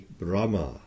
Brahma